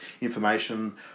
information